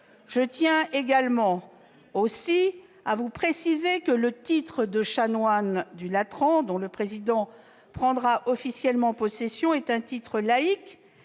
Je tiens également à préciser que le titre de chanoine du Latran, dont le président prendra officiellement possession, est un titre laïque,